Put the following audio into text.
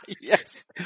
yes